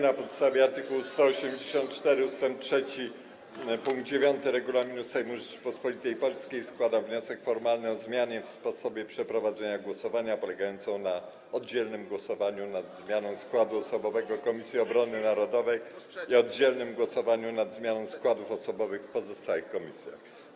Na podstawie art. 184 ust. 3 pkt 9 Regulaminu Sejmu Rzeczypospolitej Polskiej składam wniosek formalny o zmianę w sposobie przeprowadzenia głosowania polegającą na oddzielnym głosowaniu nad zmianą składu osobowego Komisji Obrony Narodowej i oddzielnym głosowaniu nad zmianą składów osobowych w pozostałych komisjach.